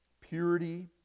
Purity